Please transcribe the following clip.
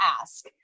ask